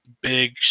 big